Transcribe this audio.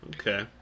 Okay